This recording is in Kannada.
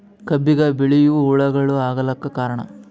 ಕಬ್ಬಿಗ ಬಿಳಿವು ಹುಳಾಗಳು ಆಗಲಕ್ಕ ಕಾರಣ?